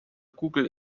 google